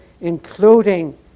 including